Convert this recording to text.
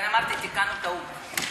לכן אמרתי, תיקנו טעות.